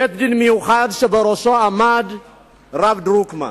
בית-דין מיוחד, שבראשו עמד הרב דרוקמן.